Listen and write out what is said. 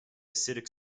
acidic